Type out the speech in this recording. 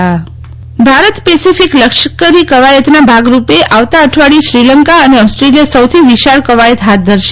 Sheetal Bharat Pacific લશ્કરી કવાયતના ભાગરૂપે આવતા અઠવાડીયે શ્રીલંકા અને ઓસ્ટ્રેલિયા સૌથી વિશાળ કવાયત હાથ ધરશે